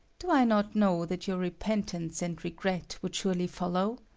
do i not know that your repentance and regret would surely follow?